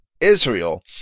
Israel